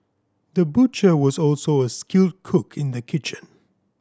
the butcher was also a skilled cook in the kitchen